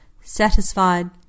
Satisfied